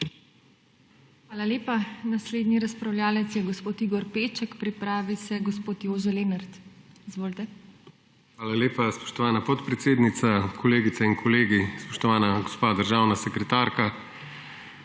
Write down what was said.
Hvala lepa. Naslednji razpravljavec je gospod Igor Peček, pripravi se gospod Jože Lenart. Izvolite. IGOR PEČEK (PS LMŠ): Hvala lepa, spoštovana podpredsednica. Kolegice in kolegi, spoštovana gospa državna sekretarka!